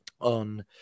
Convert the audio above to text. on